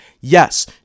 Yes